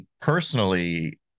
personally